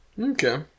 Okay